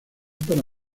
para